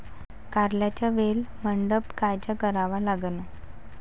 कारल्याचा वेल मंडप कायचा करावा लागन?